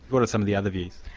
what are some of the other views?